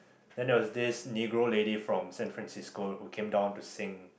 then there was this nigro lady from San Francisco who came down to sing